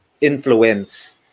influence